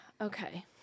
Okay